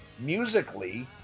Musically